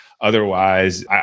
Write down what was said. Otherwise